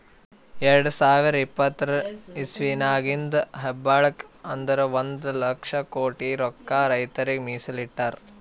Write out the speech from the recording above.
ಎರಡ ಸಾವಿರದ್ ಇಪ್ಪತರ್ ಇಸವಿದಾಗಿಂದ್ ಹೇಳ್ಬೇಕ್ ಅಂದ್ರ ಒಂದ್ ಲಕ್ಷ ಕೋಟಿ ರೊಕ್ಕಾ ರೈತರಿಗ್ ಮೀಸಲ್ ಇಟ್ಟಿರ್